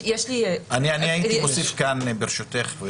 הייתי מוסיף כאן ברשותך,